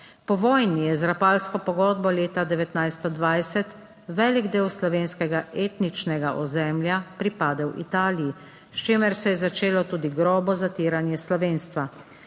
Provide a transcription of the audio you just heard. Po vojni je z rapalsko pogodbo leta 1920 velik del slovenskega etničnega ozemlja pripadel Italiji, s čimer se je začelo tudi grobo zatiranje slovenstva.